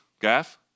Gaff